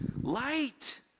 light